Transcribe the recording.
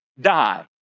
die